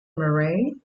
murray